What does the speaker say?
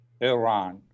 Iran